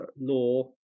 law